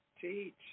Teach